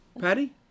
Patty